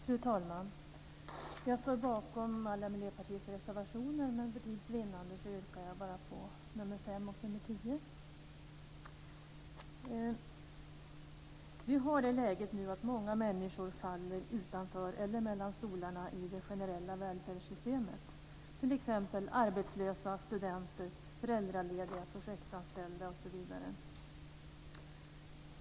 Fru talman! Jag står bakom alla Miljöpartiets reservationer, men för tids vinnande yrkar jag bifall bara till nr 5 och nr 10. Vi har nu ett läge där många människor hamnat utanför eller mellan stolarna i det generella välfärdssystemet. Det gäller t.ex. arbetslösa, studenter, föräldralediga och projektanställda.